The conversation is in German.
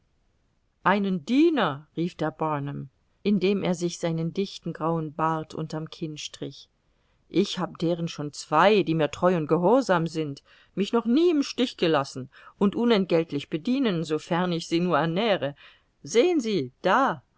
einen diener rief der barnum indem er sich seinen dichten grauen bart unter'm kinn strich ich hab deren schon zwei die mir treu und gehorsam sind mich noch nie im stich gelassen und unentgeltlich bedienen sofern ich sie nur ernähre sehen sie da